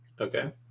Okay